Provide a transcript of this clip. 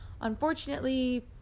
Unfortunately